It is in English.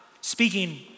speaking